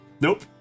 Nope